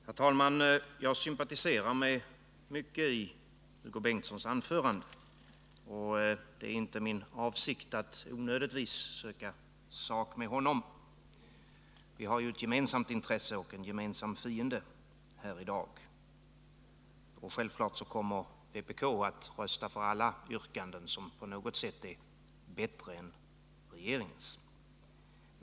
Herr talman! Jag sympatiserar med mycket i Hugo Bengtssons anförande, och det är inte min avsikt att onödigtvis söka sak med honom. Vi har ju ett gemensamt intresse och en gemensam fiende här i dag, och självfallet kommer vpk att rösta för alla yrkanden som på något sätt är bättre än regeringens.